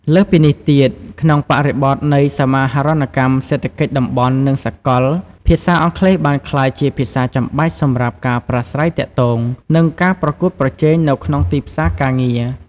លើសពីនេះទៀត ក្នុងបរិបទនៃ សមាហរណកម្មសេដ្ឋកិច្ចតំបន់ និងសកល ភាសាអង់គ្លេសបានក្លាយជាភាសាចាំបាច់សម្រាប់ការប្រាស្រ័យទាក់ទង និងការប្រកួតប្រជែងនៅក្នុងទីផ្សារការងារ។